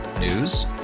News